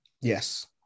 Yes